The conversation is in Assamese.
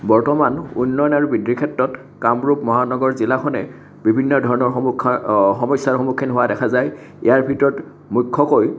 বৰ্তমান উন্নয়ন আৰু বৃদ্ধিৰ ক্ষেত্ৰত কামৰূপ মহানগৰ জিলাখনে বিভিন্ন সমস্যাৰ সন্মুখীন হোৱা দেখা যায় ইয়াৰ ভিতৰত মুখ্যকৈ